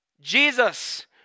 Jesus